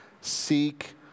seek